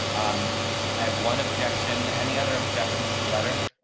um i have one objection. any other objections to the letter.